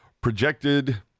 projected